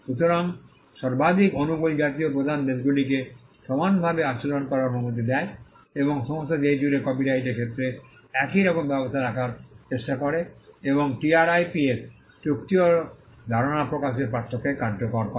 সুতরাং সর্বাধিক অনুকূল জাতীয় প্রধান দেশগুলিকে সমানভাবে আচরণ করার অনুমতি দেয় এবং সমস্ত দেশ জুড়ে কপিরাইটের ক্ষেত্রে একই রকম ব্যবস্থা রাখার চেষ্টা করে এবং টিআরআইপিএস চুক্তিও ধারণা প্রকাশের পার্থক্যকে কার্যকর করে